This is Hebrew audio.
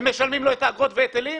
הם משלמים לו את האגרות וההיטלים?